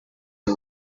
and